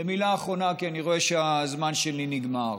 ומילה אחרונה, כי אני רואה שהזמן שלי נגמר,